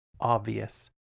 obvious